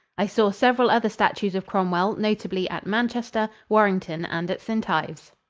i saw several other statues of cromwell, notably at manchester, warrington and at st. ives.